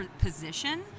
position